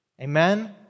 Amen